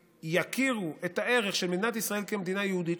יכירו את הערך של מדינת ישראל כמדינה יהודית,